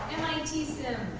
mit sim.